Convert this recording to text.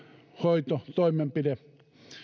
hoitotoimenpide